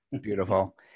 Beautiful